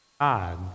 God